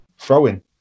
Throwing